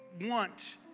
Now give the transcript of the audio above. want